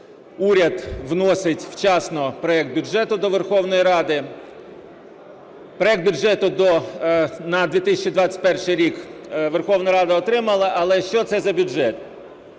уряд вносить вчасно проект бюджету до Верховної Ради. Проект бюджету на 2021 рік Верховна Рада отримала. Але що це за бюджет?